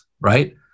right